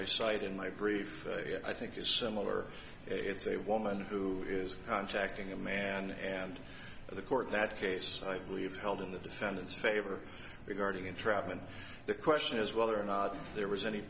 cite in my brief i think it's similar it's a woman who is contacting a man and the court that case i believe held in the defendant's favor regarding entrapment the question is whether or not there was any